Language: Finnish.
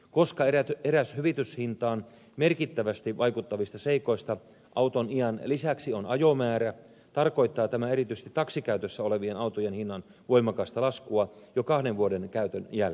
koska eräs hyvityshintaan merkittävästi vaikuttavista seikoista auton iän lisäksi on ajomäärä tarkoittaa tämä erityisesti taksikäytössä olevien autojen hinnan voimakasta laskua jo kahden vuoden käytön jälkeen